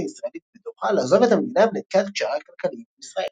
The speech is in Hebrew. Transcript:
הישראלית בדוחה לעזוב את המדינה וניתקה את קשריה הכלכליים עם ישראל.